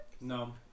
no